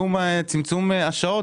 סגור.